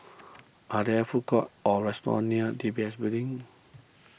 are there food courts or restaurants near D B S Building